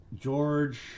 George